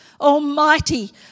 Almighty